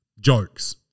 Jokes